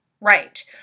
right